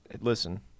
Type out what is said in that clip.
Listen